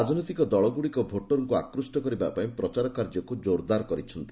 ରାଜନୈତିକ ଦଳଗୁଡ଼ିକ ଭୋଟର୍ଙ୍କୁ ଆକୃଷ୍ଟ କରିବାପାଇଁ ପ୍ରଚାର କାର୍ଯ୍ୟକୁ ଜୋର୍ଦାର କରିଛନ୍ତି